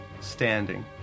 standing